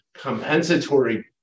compensatory